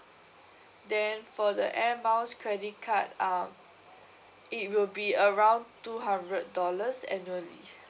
then for the air miles credit card um it will be around two hundred dollars annually